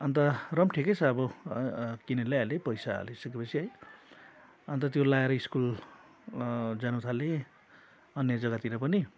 अन्त र पनि ठिकै छ अब किनेर ल्याइहालेँ पैसा हालि सकेँपछि है अन्त त्यो लगाएर स्कुल जानु थालेँ अन्य जग्गातिर पनि